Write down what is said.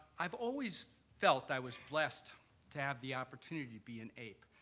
i've always felt i was blessed to have the opportunity to be an aap.